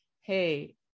hey